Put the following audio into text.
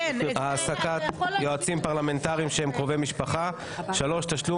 כן ----- העסקת יועצים פרלמנטריים שהם קרובי משפחה; 3. תשלום